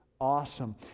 Awesome